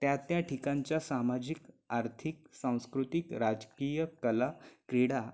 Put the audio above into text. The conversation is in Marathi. त्या त्या ठिकाणच्या सामाजिक आर्थिक सांस्कृतिक राजकीय कला क्रीडा